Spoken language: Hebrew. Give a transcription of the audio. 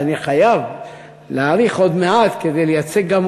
אז אני חייב להאריך עוד מעט כדי לייצג גם